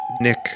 Nick